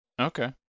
Okay